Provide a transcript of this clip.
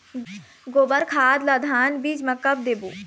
गोबर खाद ला धान बीज म कब देबो?